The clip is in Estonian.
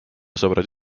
sõbrad